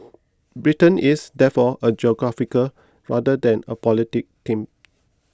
Britain is therefore a geographical rather than a political team